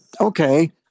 Okay